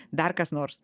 dar kas nors